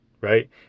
right